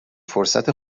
فرصت